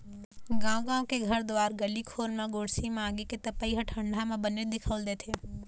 गाँव गाँव के घर दुवार गली खोर म गोरसी म आगी के तपई ह ठंडा म बनेच दिखउल देथे